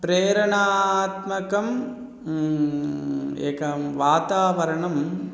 प्रेरणात्मकम् एकं वातावरणं